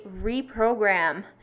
reprogram